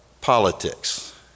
politics